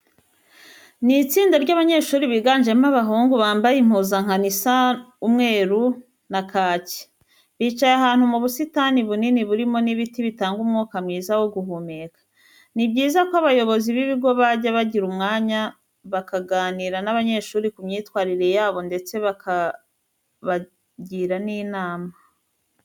Ni itsinda ry'abanyeshuri biganjemo abahungu, bambaye impuzankano isa umweru na kake. Bicaye ahantu mu busitani bunini burimo n'ibiti bitanga umwuka mwiza wo guhumeka. Ni byiza ko abayobozi b'ibigo bajya bagira umwanya bakaganira n'abanyeshuri ku myitwarire yabo ndetse bakabagira n'inama.